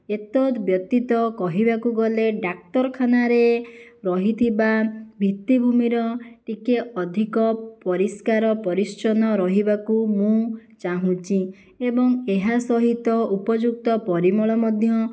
ଏତଦ୍ବ୍ୟତୀତ କହିବାକୁଗଲେ ଡାକ୍ତରଖାନାରେ ରହିଥିବା ଭିତ୍ତିଭୂମିର ଟିକିଏ ଅଧିକ ପରିସ୍କାର ପରିଚ୍ଛନ ରହିବାକୁ ମୁଁ ଚାହୁଁଛି ଏବଂ ଏହାସହିତ ଉପଯୁକ୍ତ ପରିମଳ ମଧ୍ୟ